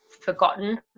forgotten